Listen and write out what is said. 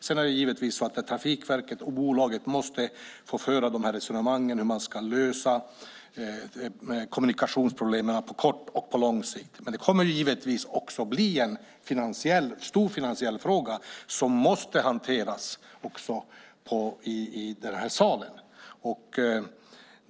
Sedan måste naturligtvis Trafikverket och bolaget få föra resonemangen om hur man ska lösa kommunikationsproblemen på kort och lång sikt, men det kommer naturligtvis att bli en stor finansiell fråga som måste hanteras också i den här salen.